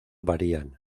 varían